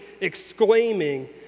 exclaiming